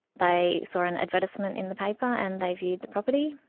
they saw an advertisement in the paper and they viewed the property,